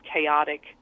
chaotic